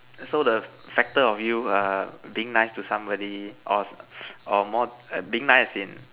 so the Factor of you err being nice to somebody or or more being nice in